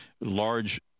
large